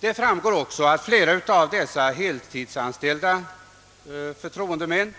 Det framgår därav att flera av dessa heltidsanställda förtroendemän